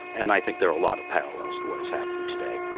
and i think there are a lot of parallels to what is happening today